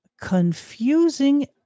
confusing